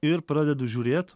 ir pradedu žiūrėt